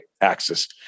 axis